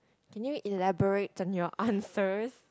can you elaborate on your answers